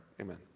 Amen